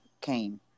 came